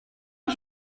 que